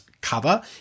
Cover